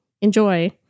enjoy